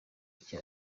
icyo